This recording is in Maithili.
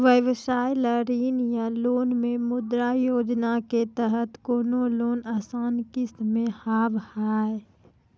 व्यवसाय ला ऋण या लोन मे मुद्रा योजना के तहत कोनो लोन आसान किस्त मे हाव हाय?